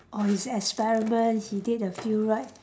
on his experiment he did a few right